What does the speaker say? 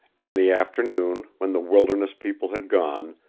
in the afternoon, when the wilderness people had gone,